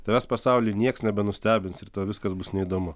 tavęs pasauly nieks nebenustebins ir tau viskas bus neįdomu